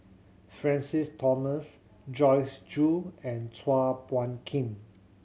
Francis Thomas Joyce Jue and Chua Phung Kim